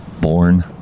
born